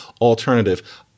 alternative